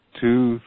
two